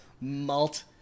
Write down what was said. malt